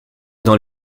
dans